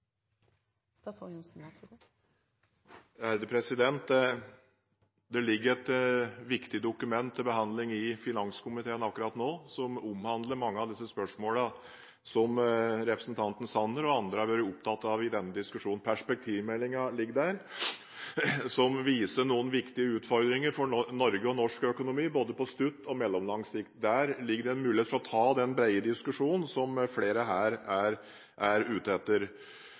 Det ligger akkurat nå et viktig dokument til behandling i finanskomiteen som omhandler mange av de spørsmålene som representanten Sanner og andre har vært opptatt av i denne diskusjonen. Perspektivmeldingen ligger der, en melding som viser noen viktige utfordringer for Norge og norsk økonomi, både på kort og på mellomlang sikt. Der ligger det en mulighet for å ta den brede diskusjonen som flere her er ute etter.